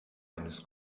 eines